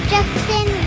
Justin